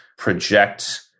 project